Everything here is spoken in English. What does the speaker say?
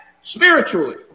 spiritually